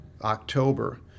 October